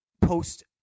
post